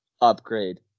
upgrade